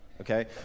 Okay